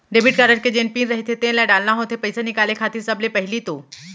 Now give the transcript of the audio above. debit card के जेन PIN रहिथे तेन ल डालना होथे पइसा निकाले खातिर सबले पहिली तो